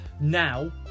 now